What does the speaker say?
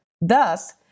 Thus